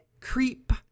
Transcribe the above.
Creep